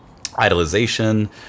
idolization